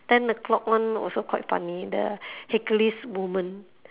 ten o'clock one also quite funny the hercules woman